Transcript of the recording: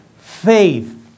faith